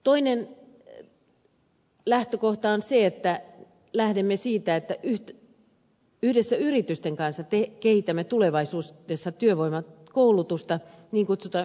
toinen lähtökohta on se että lähdemme siitä että yhdessä yritysten kanssa kehitämme tule vaisuudessa työvoimakoulutusta niin kutsuttuna yhteishankintakoulutuksena